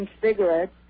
cigarettes